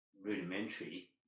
rudimentary